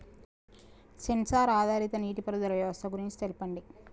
Censor ఆధారిత నీటిపారుదల వ్యవస్థ గురించి తెల్పండి?